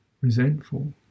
resentful